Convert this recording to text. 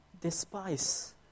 despise